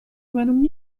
منو